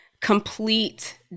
complete